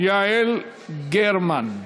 יעל גרמן.